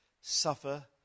suffer